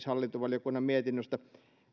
hallintovaliokunnan mietinnöstä